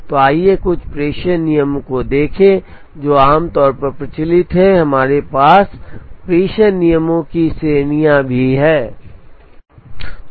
तो आइए कुछ प्रेषण नियमों को देखें जो आमतौर पर प्रचलित हैं हमारे पास प्रेषण नियमों की श्रेणियां भी हैं